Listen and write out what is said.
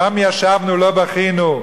שם ישבנו, לא בכינו,